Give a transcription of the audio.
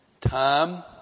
Time